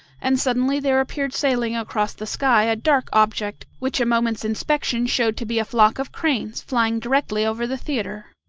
and suddenly there appeared sailing across the sky a dark object which a moment's inspection showed to be a flock of cranes flying directly over the theatre.